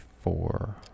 four